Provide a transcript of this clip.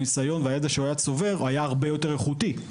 הניסיון והידע שהיה צובר הוא היה הרבה יותר איכותי.